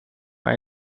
癌症